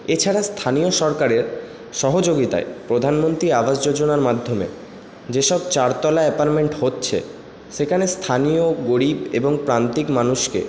এছাড়া স্থানীয় সরকারের সহযোহিতায় প্রধানমন্ত্রী আবাস যোজনার মাধ্যমে যেসব চারতলা অ্যাপার্টমেন্ট হচ্ছে সেখানে স্থানীয় গরিব এবং প্রান্তিক মানুষকে